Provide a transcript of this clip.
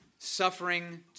suffering